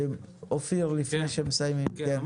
אופיר לפני שמסיימים כן.